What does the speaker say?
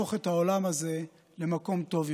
להפוך את העולם הזה למקום טוב יותר.